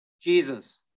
Jesus